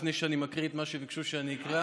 ולפני שאקרא את מה שביקשו שאקרא,